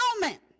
moment